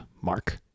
Mark